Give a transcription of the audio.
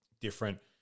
different